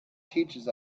teaches